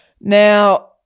now